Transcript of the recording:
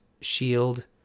shield